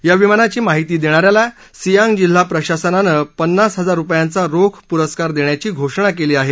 या विमानाची माहिती देणाऱ्याला सियांग जिल्हा प्रशासनानं पन्नास हजार रुपयांचा रोख पुरस्कार देण्याची घोषणा केली आहे